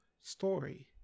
story